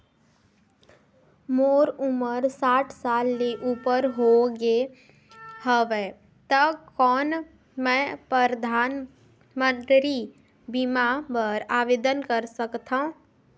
मोर उमर साठ साल ले उपर हो गे हवय त कौन मैं परधानमंतरी बीमा बर आवेदन कर सकथव?